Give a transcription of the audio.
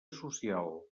social